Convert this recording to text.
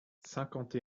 cinquante